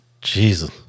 Jesus